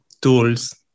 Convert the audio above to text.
tools